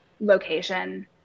location